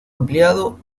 ampliado